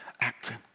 acting